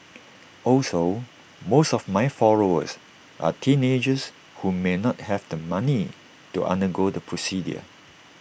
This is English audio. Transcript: also most of my followers are teenagers who may not have the money to undergo the procedure